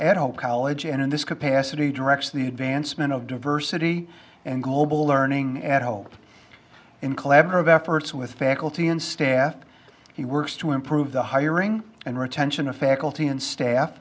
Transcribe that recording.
hope college and in this capacity directs the advancement of diversity and global learning at home in collaborative efforts with faculty and staff he works to improve the hiring and retention of faculty and staff